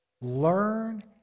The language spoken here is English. Learn